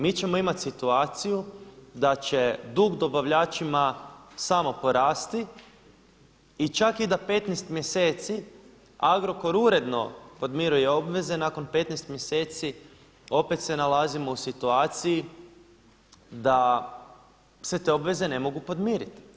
Mi ćemo imati situaciju da će dug dobavljačima samo porasti i čak i da 15 mjeseci Agrokor uredno podmiruje obveze, nakon 15 mjeseci opet se nalazimo u situaciji da se te obveze ne mogu podmiriti.